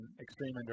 Extreme